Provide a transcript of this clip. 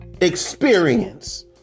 experience